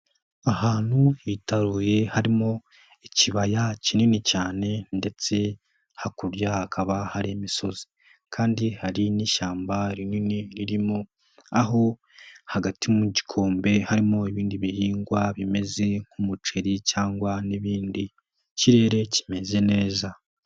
Ahantu hitaruye, harimo ikibaya kinini cyane ndetse hakurya hakaba hari imisozi. Kandi hari n'ishyamba rinini ririmo, aho hagati mu gikombe harimo ibindi bihingwa bimeze nk'umuceri cyangwa n'ibindi. Ikirere kimeze neza.